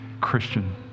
Christian